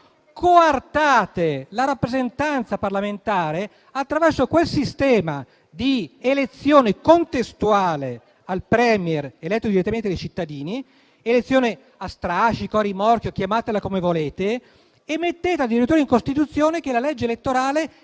coartate la rappresentanza parlamentare, attraverso quel sistema di elezione contestuale al *Premier* eletto direttamente dai cittadini (elezione a strascico, a rimorchio, chiamatela come volete), e scrivete addirittura in Costituzione che la legge elettorale deve